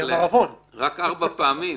רק ארבע פעמים.